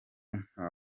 nta